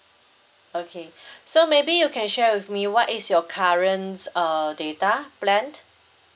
okay so maybe you can share with me what is your current err data plan